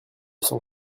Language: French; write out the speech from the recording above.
s’en